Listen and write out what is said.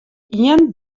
ien